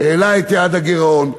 העלה את יעד הגירעון.